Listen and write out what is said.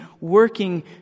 working